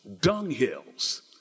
dunghills